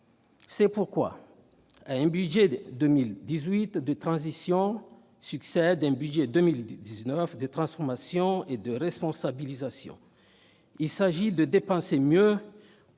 C'est pourquoi, à un budget 2018 de transition, succède un budget 2019 de transformation et de responsabilisation. Il s'agit de dépenser mieux